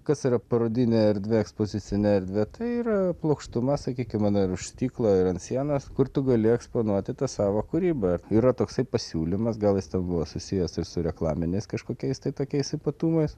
kas yra parodinė erdvė ekspozicinė erdvė tai yra plokštuma sakykim mano už stiklo ir ant sienos kur tu gali eksponuoti tą savo kūrybą yra toksai pasiūlymas gal jis buvo susijęs ir su reklaminiais kažkokiais tai tokiais ypatumais